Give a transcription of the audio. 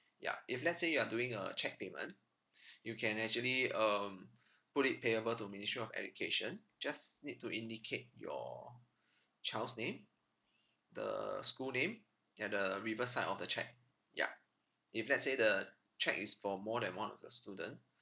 yup if let's say you are doing a cheque payment you can actually um put it payable to ministry of education just need to indicate your child's name the school name at the reverse side of the cheque ya if let's say the cheque is for more than one of the student